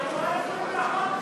אנחנו לא יכולים לעמוד בזה.